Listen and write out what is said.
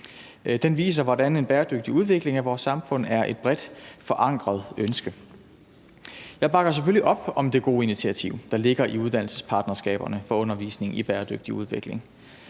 Den viser, hvordan en bæredygtig udvikling af vores samfund er et bredt forankret ønske. Jeg bakker selvfølgelig op om det gode initiativ, der ligger i uddannelsespartnerskaberne for undervisning i bæredygtig udvikling.